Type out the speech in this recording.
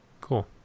cool